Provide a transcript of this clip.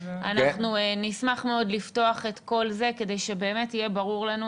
אנחנו נשמח מאוד לפתוח את כל זה כדי שבאמת יהיה ברור לנו